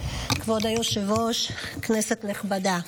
כבוד היושב-ראש, כנסת נכבדה,